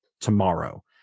tomorrow